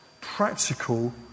practical